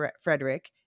Frederick